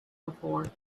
before